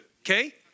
Okay